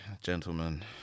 gentlemen